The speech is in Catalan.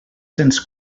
cents